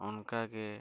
ᱚᱱᱠᱟ ᱜᱮ